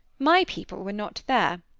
my people were not there.